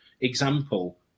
example